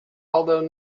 although